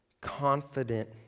confident